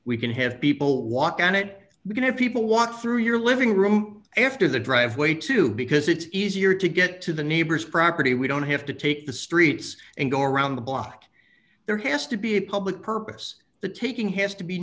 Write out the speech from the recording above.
we can have people walk on it we can have people walk through your living room after the driveway too because it's easier to get to the neighbor's property we don't have to take the streets and go around the block there has to be a public purpose the taking has to be